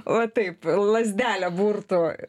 va taip lazdelę burtų